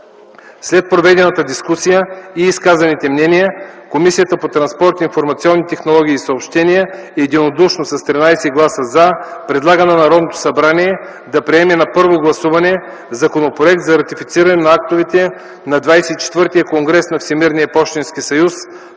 След проведената дискусия и изказаните мнения, Комисията по транспорт, информационни технологии и съобщения, единодушно с 13 гласа “за” предлага на Народното събрание да приеме на първо гласуване Законопроект за ратифициране на актовете на ХХIV конгрес на Всемирния пощенски съюз,